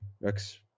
Rex